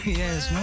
yes